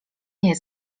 nie